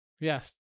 Yes